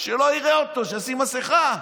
שלא יראה אותו, שישים מסכה.